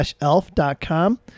Elf.com